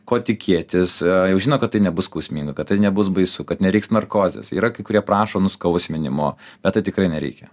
ko tikėtis jau žino kad tai nebus skausminga kad tai nebus baisu kad nereiks narkozės yra kai kurie prašo nuskausminimo bet tai tikrai nereikia